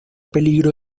peligro